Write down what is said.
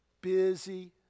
busy